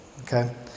okay